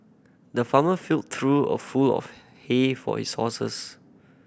the farmer filled trough of full of hay for his horses